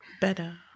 better